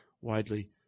widely